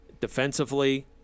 Defensively